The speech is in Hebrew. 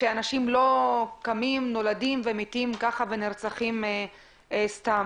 אנשים לא קמים נולדים ומתים ככה ונרצחים סתם.